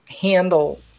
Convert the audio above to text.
handle